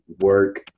work